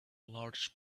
large